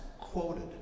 quoted